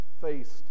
faced